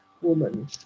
woman